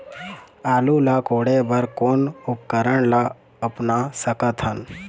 आलू ला कोड़े बर कोन उपकरण ला अपना सकथन?